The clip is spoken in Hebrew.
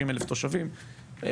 50,000 תושבים,